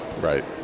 Right